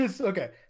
Okay